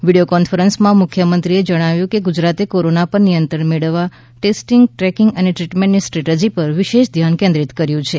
video કોન્ફરન્સમાં મુખ્યમંત્રીએ જણાવ્યું કે ગુજરાતે કોરોના પર નિયંત્રણ મેળવવા ટેસ્ટિંગ ટ્રેકિંગ અને ટ્રીટમેન્ટની સ્ટ્રેટેજી પર વિશેષ ધ્યાન કેન્દ્રિત કર્યું છે